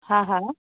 हा हा